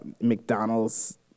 mcdonald's